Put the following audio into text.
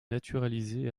naturalisé